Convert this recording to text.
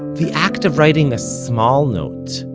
the act of writing a small note,